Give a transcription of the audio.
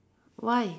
why